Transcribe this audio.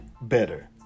better